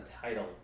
title